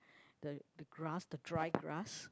the grass the dry grass